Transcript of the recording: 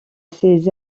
ces